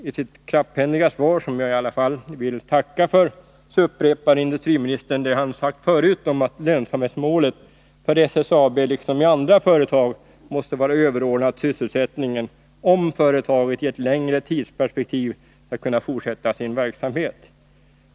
I sitt knapphändiga svar, som jag i alla fall vill tacka för, upprepar industriministern det han sagt förut om att lönsamhetsmålet för SSAB liksom i andra företag måste vara överordnat sysselsättningen, om företaget i ett längre tidsperspektiv skall kunna fortsätta sin verksamhet.